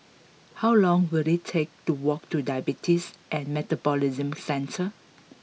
how long will it take to walk to Diabetes and Metabolism Centre